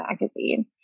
magazine